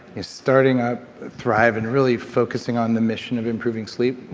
you're starting up thrive and really focusing on the mission of improving sleep.